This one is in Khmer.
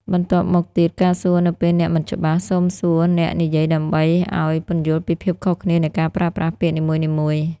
បន្ទាប់មកទៀតការសួរនៅពេលអ្នកមិនច្បាស់ សូមសួរអ្នកនិយាយដើមឱ្យពន្យល់ពីភាពខុសគ្នានៃការប្រើប្រាស់ពាក្យនីមួយៗ។